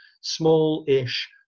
small-ish